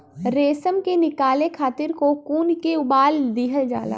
रेशम के निकाले खातिर कोकून के उबाल दिहल जाला